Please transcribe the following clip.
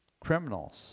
Criminals